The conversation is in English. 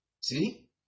See